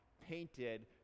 painted